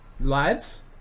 Lads